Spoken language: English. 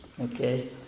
Okay